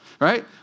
right